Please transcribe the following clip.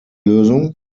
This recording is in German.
lösung